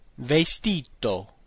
vestito